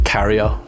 Carrier